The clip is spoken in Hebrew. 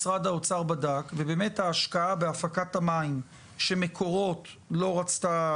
משרד האוצר בדק ובאמת ההשקעה בהפקת המים שמקורות לא רצתה